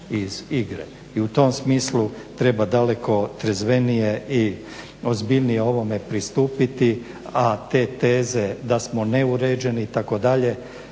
I u tom smislu treba daleko trezvenije i ozbiljnije ovome pristupiti, a te teze da smo neuređeni itd.